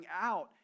out